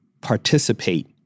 participate